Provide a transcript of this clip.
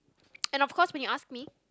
and of course when you ask me